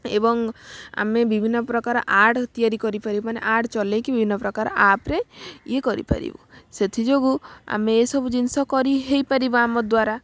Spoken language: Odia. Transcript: ଏବଂ ଆମେ ବିଭିନ୍ନ ପ୍ରକାର ଆଡ଼ ତିଆରି କରିପାରିବୁ ମାନେ ଆଡ଼ ଚଲେଇକି ବିଭିନ୍ନ ପ୍ରକାର ଆପରେ ଇଏ କରି ପାରିବୁ ସେଥିଯୋଗୁଁ ଆମେ ଏସବୁ ଜିନିଷ କରି ହେଇପାରିବ ଆମ ଦ୍ୱାରା